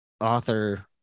author